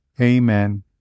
Amen